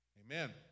amen